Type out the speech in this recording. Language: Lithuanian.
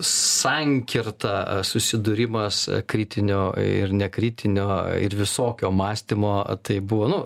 sankirta susidūrimas kritinio ir nekritinio ir visokio mąstymo tai buvo nu